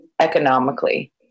economically